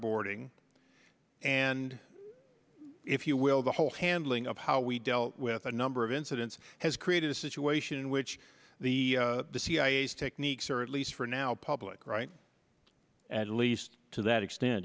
waterboarding and if you will the whole handling of how we dealt with a number of incidents has created a situation in which the cia's techniques or at least for now public right at least to that extent